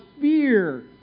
fear